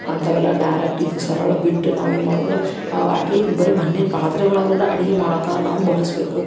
ಅಂಥವೆಲ್ಲ ಡೈರೆಕ್ಟ್ ಇದು ಸರಳ ಬಿಟ್ಟು ನಾವು ಏನ್ಮಾಡೋದು ಅಟ್ ಲೀ ಬರೀ ಮಣ್ಣಿನ ಪಾತ್ರೆ ಒಳಗೇನೆ ಅಡುಗೆ ಮಾಡೋಕೇನೆ ನಾವು ಬಳಸ್ಬೇಕು